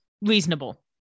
reasonable